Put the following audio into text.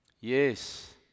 Yes